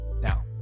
Now